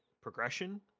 progression